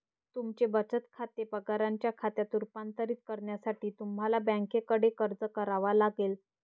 तुमचे बचत खाते पगाराच्या खात्यात रूपांतरित करण्यासाठी तुम्हाला बँकेकडे अर्ज करावा लागेल